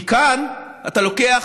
כי כאן אתה לוקח